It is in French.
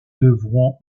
devront